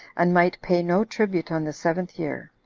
and might pay no tribute on the seventh year.